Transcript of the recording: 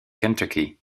kentucky